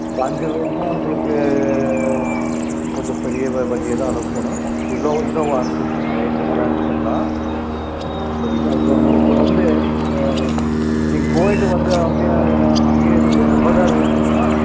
அப்போ அஞ்சு பேருன்னா உங்களுக்கு கொஞ்சம் பெரிய வண்டிய தான் அனுப்பணும் இனோ இனோவா அனுப்பிச்சு விட்டுர்றேன் ரைட்டு அதை அனுப்ச்சிரலாம் சரிங்களா இப்போ உங்களுக்கு வந்து நீங்கள் போய்விட்டு வந்து அப்டே அங்கேயே எவ்வளோ நேரம் இருப்பீங்கம்மா